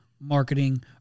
marketing